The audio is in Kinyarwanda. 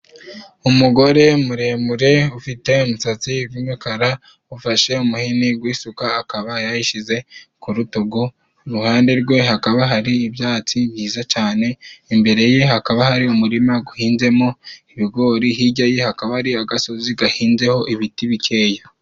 Umugore muremure ufite umusatsi gw'imikara，ufashe umuhini gw'isuka，akaba yayishyize ku rutugu，iruhande rwe hakaba hari ibyatsi byiza cane，imbere ye hakaba hari umurima guhinzemo ibigori， hirya ye hakaba ari agasozi gahinzeho ibiti bikeya.